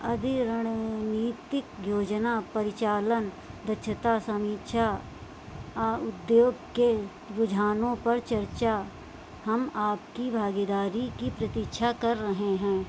अभी रणनीतिक योजना परिचालन दक्षता समीक्षा और उद्योग के रुझानों पर चर्चा हम आपकी भागीदारी की प्रतीक्षा कर रहे हैं